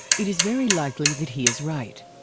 it is very likely that he is right.